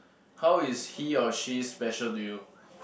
how is he or she special to you